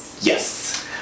Yes